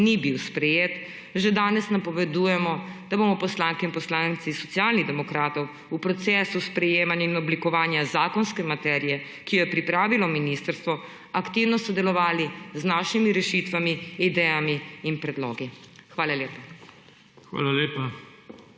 ni bil sprejet, že danes napovedujemo, da bomo poslanke in poslanci Socialnih demokratov v procesu sprejemanja in oblikovanja zakonske materije, ki jo je pripravilo ministrstvo, aktivno sodelovali z našimi rešitvami, idejami in predlogi. Hvala lepa.